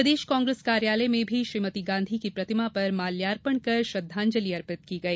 प्रदेश कांग्रेस कार्यालय में भी श्रीमती गांधी की प्रतिमा पर माल्यार्पण कर श्रद्वांजलि अर्पित की गई